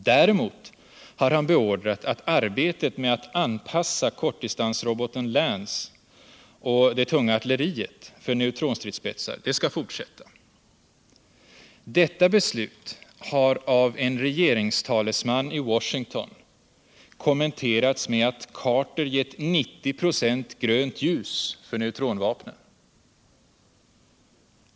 Däremot har han beordrat att arbetet med att anpassa koridistansroboten Lance och det tunga artuitleriet för neutronstridsspetsar skall fortsätta. Detta beslut har av en regeringstalesman i Washington kommenterats med att Carter gett 90 "a grönt ljus för neutronvapnen.